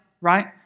right